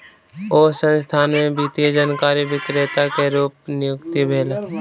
ओ संस्थान में वित्तीय जानकारी विक्रेता के रूप नियुक्त भेला